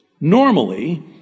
Normally